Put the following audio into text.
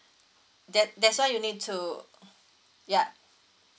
that that's why you need ya